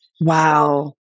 Wow